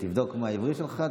תבדוק מה העברי שלך,